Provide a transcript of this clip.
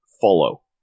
Follow